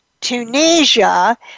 Tunisia